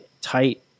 tight